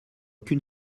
qu’une